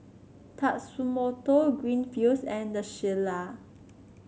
Tatsumoto Greenfields and The Shilla